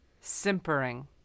Simpering